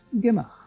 gemacht